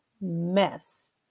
mess